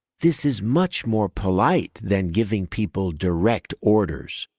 this is much more polite than giving people direct orders,